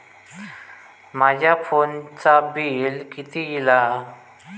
माझ्या फोनचा बिल किती इला?